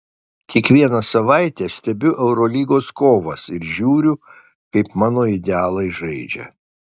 kiekvieną savaitę stebiu eurolygos kovas ir žiūriu kaip mano idealai žaidžia